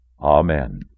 amen